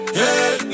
hey